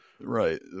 Right